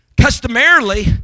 customarily